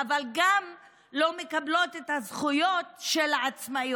אבל הן גם לא מקבלות את הזכויות של העצמאיות.